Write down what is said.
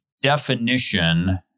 definition